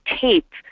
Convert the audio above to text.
tape